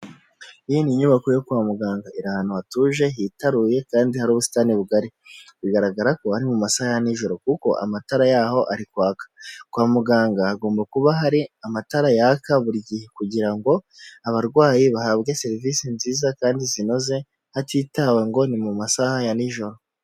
iyi n'inyubako yo kwa muganga iri ahantu hatuje hihitaruye kandi hari ubusitani bugari bigaragara ko ari mu masaha ya nijoro kuko amatara yaho ari kwa, kwa muganga hagomba kuba hari amatara yaka buri gihe, kugira ngo abarwayi bahabwe serivisi nziza kandi zinoze hatitawe ngo ni mu masaha ya nijoro.